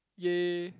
yay